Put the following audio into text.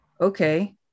okay